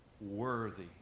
worthy